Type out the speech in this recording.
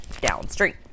downstream